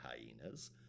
hyenas